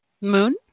Moon